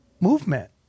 movement